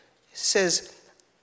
says